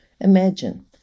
imagine